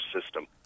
system